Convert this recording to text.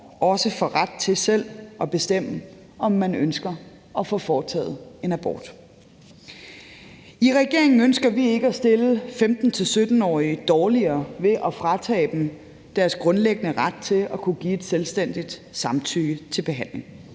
også får ret til selv at bestemme, om de ønsker at få foretaget en abort. I regeringen ønsker vi ikke at stille 15-17 år dårligere ved at fratage dem deres grundlæggende ret til at kunne give et selvstændigt samtykke til en behandling,